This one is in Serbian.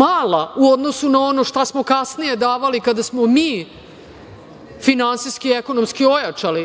mala u odnosu na ono što smo kasnije davali kada smo mi finansijski i ekonomski ojačali,